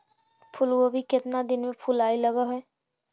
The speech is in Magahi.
फुलगोभी केतना दिन में फुलाइ लग है?